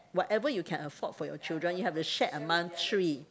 whatever you can afford for your children you have to share among three